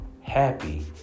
happy